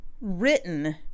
written